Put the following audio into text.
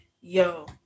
Yo